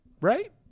right